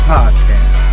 Podcast